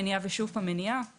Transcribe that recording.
מניעה ושוב מניעה.